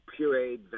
pureed